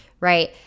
right